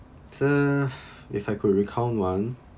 sif~ if I could recount one